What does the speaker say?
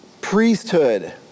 priesthood